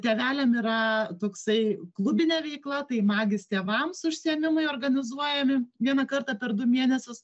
tėveliam yra toksai klubinė veikla tai magis tėvams užsiėmimai organizuojami vieną kartą per du mėnesius